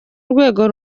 urwego